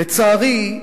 לצערי,